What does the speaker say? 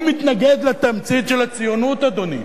הוא מתנגד לתמצית של הציונות, אדוני.